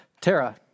Tara